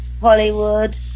Hollywood